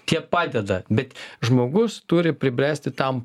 tie padeda bet žmogus turi pribręsti tam